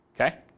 okay